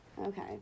Okay